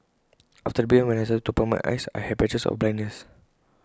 after the big bang when I started to open my eyes I had patches of blindness